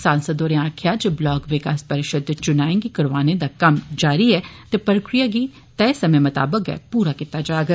सांसद होरें आक्खेया जे ब्लाक विकास परिषद दे चुनाएं गी करौआने दा कम्म जारी ऐ ते प्रक्रिया गी तय समें मताबक गै पूरा कीता जाग